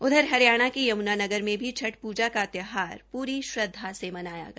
उधर हरियाणा के यमुनानगर में भी छठ पूजा का त्यौहर पूरी श्रद्धा से मनाया गया